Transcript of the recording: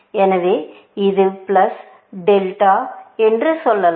எனவே இது பிளஸ் டெல்டாஎன்று சொல்லலாம்